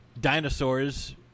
dinosaurs